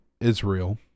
Israel